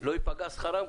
לא ייפגע שכרם?